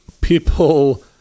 People